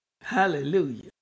Hallelujah